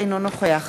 אינו נוכח